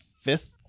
fifth